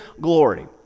glory